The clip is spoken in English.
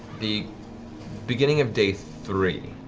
the beginning of day three,